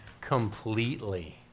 completely